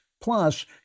plus